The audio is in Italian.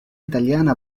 italiana